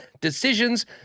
decisions